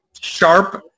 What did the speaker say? sharp